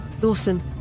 Dawson